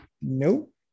nope